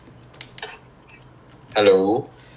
hello